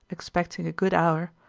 expecting a good hour,